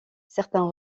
certain